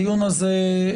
הדיון הזה.